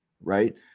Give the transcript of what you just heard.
right